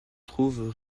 trouvent